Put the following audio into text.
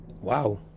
Wow